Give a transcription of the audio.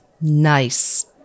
nice